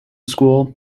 school